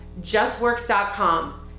JustWorks.com